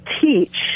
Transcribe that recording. teach